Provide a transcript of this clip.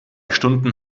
stunden